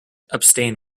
abstain